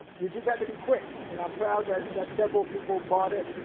um you just had to be quick. and i'm proud that that several people bought it.